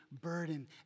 burden